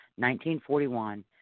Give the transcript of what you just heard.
1941